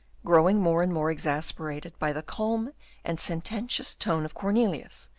growing more and more exasperated by the calm and sententious tone of cornelius,